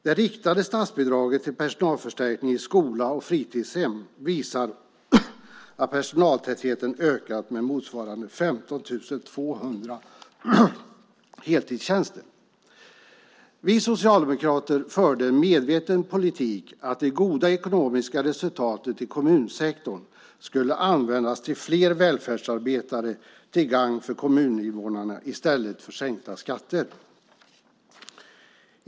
Det riktade statsbidraget till personalförstärkning i skola och fritidshem visar att personaltätheten ökat med motsvarande 15 200 heltidstjänster. Vi socialdemokrater förde en medveten politik för att det goda ekonomiska resultatet i kommunsektorn skulle användas till fler välfärdsarbetare till gagn för kommuninvånarna i stället för till sänkta skatter.